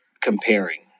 comparing